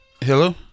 Hello